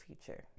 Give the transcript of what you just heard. future